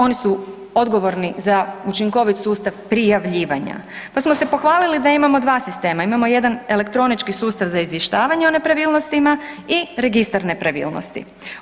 Oni su odgovorni za učinkovit sustav prijavljivanja pa smo se pohvalili da imamo 2 sistema, imamo jedan elektronički sustav za izvještavanje o nepravilnostima i Registar nepravilnosti.